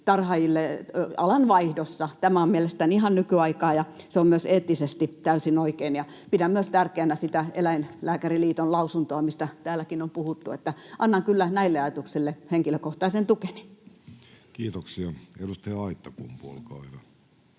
tarhaajille alanvaihdossa. Tämä on mielestäni ihan nykyaikaa, ja se on myös eettisesti täysin oikein. Pidän myös tärkeänä sitä Suomen Eläinlääkäriliiton lausuntoa, mistä täälläkin on puhuttu, ja annan kyllä näille ajatuksille henkilökohtaisen tukeni. Kiitoksia. — Edustaja Aittakumpu, olkaa hyvä.